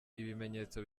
ibimenyetso